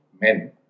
men